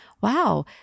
wow